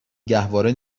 گهواره